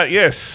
yes